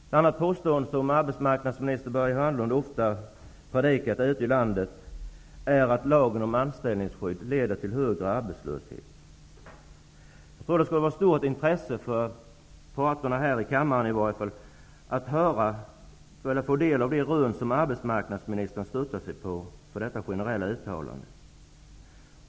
Ett annat påstående som arbetsmarknadsminister Börje Hörnlund ofta tagit till ute i landet är att lagen om anställningsskydd leder till högre arbetslöshet. Jag tror att det skulle vara av stort intresse i varje fall för ledamöterna här i kammaren att få del av de rön som arbetsmarknadsministern stöder detta generella uttalande på.